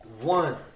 one